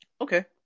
Okay